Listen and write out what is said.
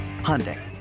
Hyundai